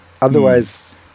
otherwise